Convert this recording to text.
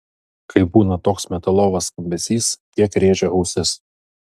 kai būna toks metalovas skambesys kiek rėžia ausis